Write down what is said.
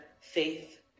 faith